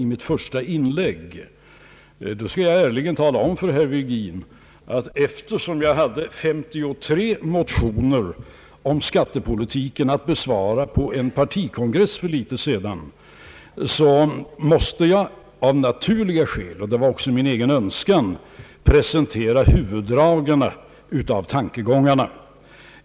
Jag vill ärligen tala om för herr Virgin att eftersom jag hade 53 motioner om skattepolitiken att besvara på en partikongress för en tid sedan, måste jag av naturliga skäl — och det var också en egen önskan — presentera huvuddragen av tankegångarna.